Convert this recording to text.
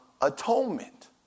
atonement